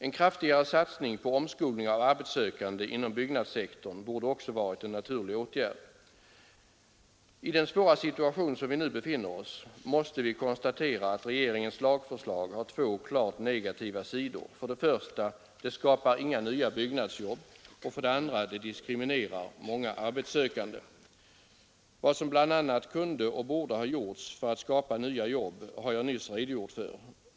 En kraftigare satsning på omskolning av arbetssökande inom byggnadssektorn borde också varit en naturlig åtgärd. I den svåra situation som vi nu befinner oss måste vi konstatera att regeringens lagförslag har två klart negativa sidor: 1. det skapar inga nya byggnadsjobb, och 2. det diskriminerar många arbetssökande. Vad som bl.a. kunde och borde ha gjorts för att skapa nya jobb har jag nyss redogjort för.